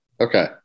Okay